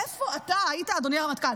איפה אתה היית, אדוני הרמטכ"ל?